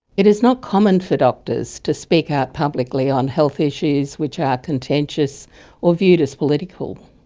it is not common for doctors to speak out publicly on health issues which are contentious or viewed as political.